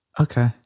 Okay